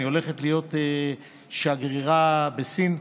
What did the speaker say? אני הולכת להיות שגרירה בסין.